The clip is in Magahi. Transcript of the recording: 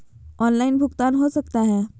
ऑनलाइन भुगतान हो सकता है?